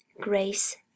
grace